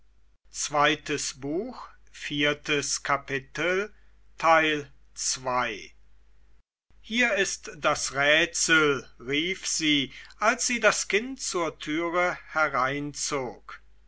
hier ist das rätsel rief sie als sie das kind zur türe hereinzog